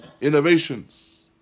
Innovations